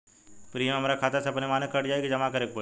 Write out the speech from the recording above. Premium हमरा खाता से अपने माने कट जाई की जमा करे के पड़ी?